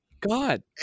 god